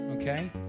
okay